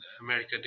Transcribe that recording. America